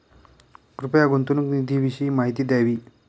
कृपया गुंतवणूक निधीविषयी माहिती द्यावी